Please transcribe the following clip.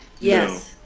yes.